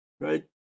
right